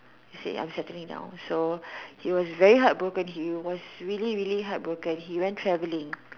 he say I am settling down so he was very heartbroken he was really really heartbroken he went traveling